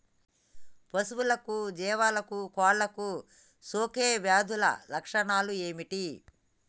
పశువులకు జీవాలకు కోళ్ళకు సోకే వ్యాధుల లక్షణాలు ఏమిటి?